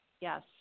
Yes